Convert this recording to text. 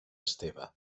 esteve